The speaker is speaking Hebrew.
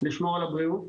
לשמור על הבריאות.